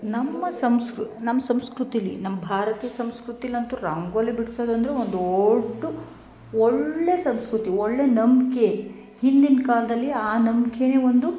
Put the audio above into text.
ನಮ್ಮ ಸಂಸ್ಕೃತಿ ನಮ್ಮ ಸಂಸ್ಕೃತೀಲಿ ನಮ್ಮ ಭಾರತದ ಸಂಸ್ಕೃತಿಲಂತೂ ರಂಗೋಲಿ ಬಿಡಿಸೋದು ಅಂದರೆ ಒಂದು ದೊಡ್ಡ ಒಳ್ಳೇ ಸಂಸ್ಕೃತಿ ಒಳ್ಳೆ ನಂಬಿಕೆ ಹಿಂದಿನ ಕಾಲದಲ್ಲಿ ಆ ನಂಬ್ಕೆ ಒಂದು